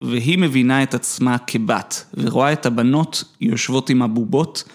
והיא מבינה את עצמה כבת ורואה את הבנות יושבות עם הבובות